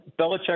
Belichick